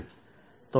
તો હવે આપણે તે કરીએ